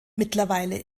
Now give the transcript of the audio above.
mittlerweile